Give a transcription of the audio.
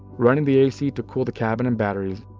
running the ac to cool the cabin and batteries,